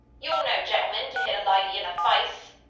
you're no gentleman, to hit a lady in the face.